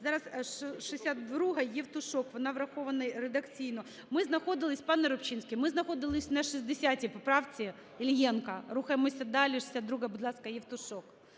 Зараз 62-а, Євтушок. Вона врахована редакційно. Ми знаходились, пане Рибчинський, ми знаходились на 60 поправці Іллєнка. Рухаємося далі. 62-а, будь ласка, Євтушок.